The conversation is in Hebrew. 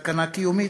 סכנה קיומית,